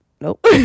Nope